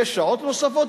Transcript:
יש שעות נוספות,